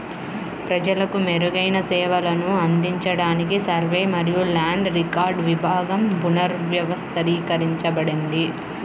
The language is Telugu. ప్రజలకు మెరుగైన సేవలను అందించడానికి సర్వే మరియు ల్యాండ్ రికార్డ్స్ విభాగం పునర్వ్యవస్థీకరించబడింది